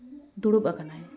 ᱫᱩᱲᱩᱵᱽ ᱟᱠᱟᱱᱟᱭ